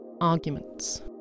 arguments